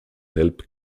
help